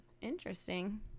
Interesting